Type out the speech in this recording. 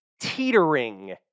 teetering